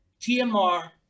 TMR